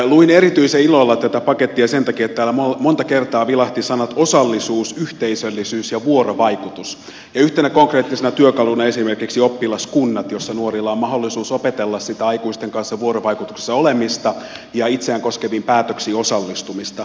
luin erityisen ilolla tätä pakettia sen takia että täällä monta kertaa vilahtivat sanat osallisuus yhteisöllisyys ja vuorovaikutus ja yhtenä konkreettisena työkaluna esimerkiksi oppilaskunnat joissa nuorilla on mahdollisuus opetella sitä aikuisten kanssa vuorovaikutuksessa olemista ja itseään koskeviin päätöksiin osallistumista